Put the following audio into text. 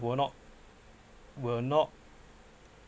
will not will not